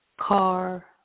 car